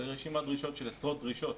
היא רשימת דרישות של עשרות דרישות.